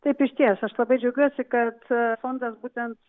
taip išties aš labai džiaugiuosi kad fondas būtent